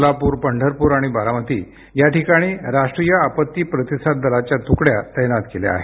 सोलापूर पंढरपूर आणि बारामती या ठिकाणी राष्ट्रीय आपत्ती प्रतिसाद दलाच्या तुकड्या तैनात केल्या आहेत